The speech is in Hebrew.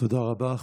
תודה רבה.